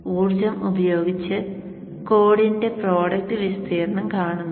ഊർജ്ജം ഉപയോഗിച് കോഡിന്റെ പ്രോഡക്റ്റ് വിസ്തീർണ്ണം കണക്കാക്കുന്നു